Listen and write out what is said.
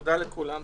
תודה לכולם.